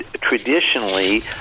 traditionally